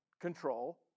control